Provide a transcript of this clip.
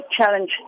challenge